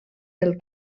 del